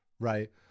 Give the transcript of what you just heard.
Right